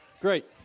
Great